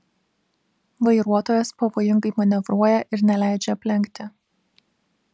vairuotojas pavojingai manevruoja ir neleidžia aplenkti